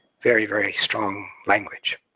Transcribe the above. very, very strong language!